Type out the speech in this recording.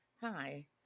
Hi